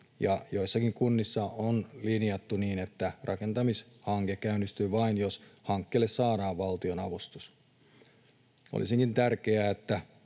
Joissakin kunnissa on linjattu niin, että rakentamishanke käynnistyy vain, jos hankkeelle saadaan valtionavustus. Olisikin tärkeää, että